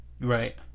Right